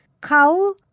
Kau